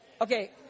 Okay